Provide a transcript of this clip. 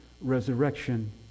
resurrection